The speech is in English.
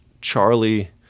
Charlie